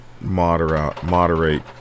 moderate